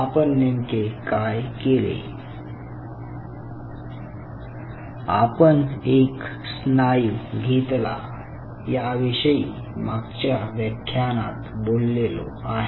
आपण नेमके काय केले आपण एक स्नायू घेतला याविषयी मागच्या व्याख्यानात बोललेलो आहे